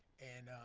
and